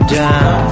down